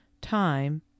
time